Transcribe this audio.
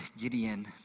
Gideon